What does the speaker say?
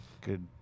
good